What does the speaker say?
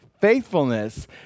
faithfulness